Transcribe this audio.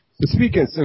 Speaking